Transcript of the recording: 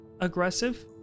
aggressive